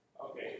Okay